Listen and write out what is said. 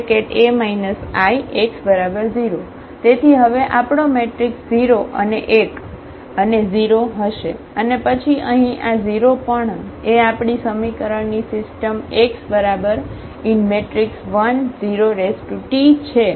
તેથી હવે આપણો મેટ્રિક્સ 0 અને 1 અને 0 હશે અને પછી અહીં આ 0 પણ એ આપણી સમીકરણની સિસ્ટમx10T છે